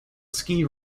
ski